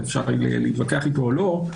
ואפשר להתווכח אתו או לא,